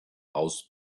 aus